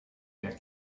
back